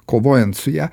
kovojant su ja